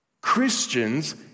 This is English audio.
Christians